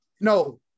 No